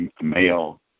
male